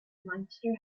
leinster